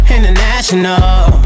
International